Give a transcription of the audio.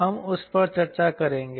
हम उस पर चर्चा करेंगे